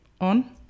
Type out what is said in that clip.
on